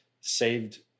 saved